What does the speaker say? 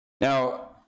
Now